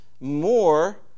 more